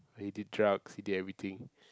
he did drugs he did everything